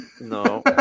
no